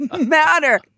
matter